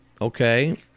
Okay